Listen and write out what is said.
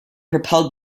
propelled